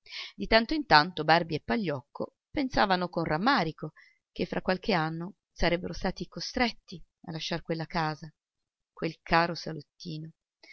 di tanto in tanto barbi e pagliocco pensavano con rammarico che fra qualche anno sarebbero stati costretti a lasciar quella casa quel caro salottino